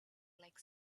like